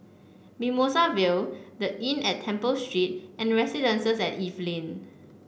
Mimosa Vale The Inn at Temple Street and Residences at Evelyn